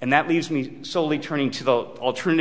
and that leaves me slowly turning to the alternative